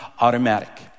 automatic